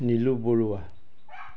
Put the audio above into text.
নিলো বৰুৱা